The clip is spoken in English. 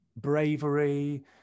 bravery